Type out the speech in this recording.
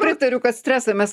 pritariu kad stresą mes